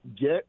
get